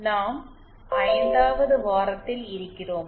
நாம் 5 வது வாரத்தில் இருக்கிறோம்